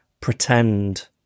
pretend